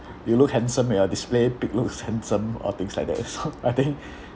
you look handsome and your display pic looks handsome or things like that I think